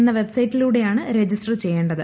എന്ന വെബ്സൈറ്റിലൂടെയാണ് രജിസ്റ്റർ ചെയ്യേണ്ടത്